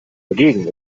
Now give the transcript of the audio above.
dagegen